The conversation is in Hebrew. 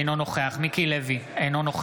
אינו נוכח מיקי לוי,